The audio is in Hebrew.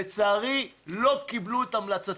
לצערי לא קיבלו את המלצתי.